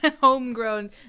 homegrown